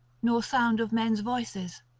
nor sound of men's voices